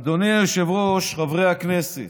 אדוני היושב-ראש, חברי הכנסת,